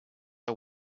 are